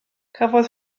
cafodd